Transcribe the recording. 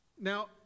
Now